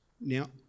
Now